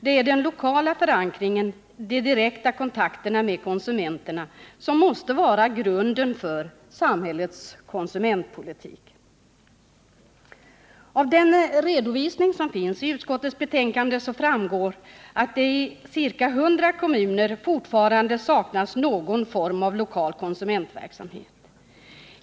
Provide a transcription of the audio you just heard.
Det är den lokala förankringen, de direkta kontakterna med konsumenterna som måste vara grunden för samhällets konsumentpolitik. Av den redovisning som finns i utskottets betänkande framgår att det i ca 100 kommuner fortfarande saknas någon form av lokal konsumentverksamhet.